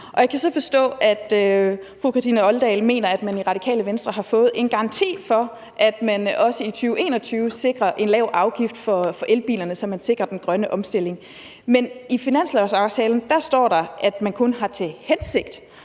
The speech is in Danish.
Og jeg kan så forstå, at fru Kathrine Olldag mener, at man i Radikale Venstre har fået en garanti for, at man også i 2021 sikrer en lav afgift for elbilerne, så man sikrer den grønne omstilling. Men i finanslovsaftalen står der, at man kun har til hensigt